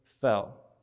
fell